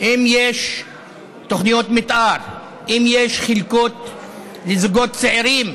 אם יש תוכניות מתאר, אם יש חלקות לזוגות צעירים,